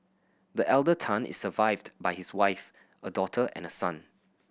the elder Tan is survived by his wife a daughter and a son